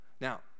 now